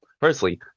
firstly